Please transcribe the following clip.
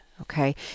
okay